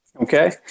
Okay